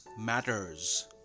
matters